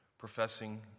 professing